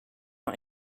not